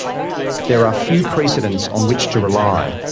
there are few precedents on which to rely.